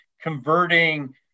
converting